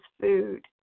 food